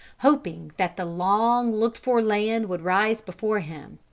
hoping that the long-looked-for land would rise before him.